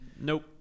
Nope